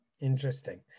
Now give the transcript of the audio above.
Interesting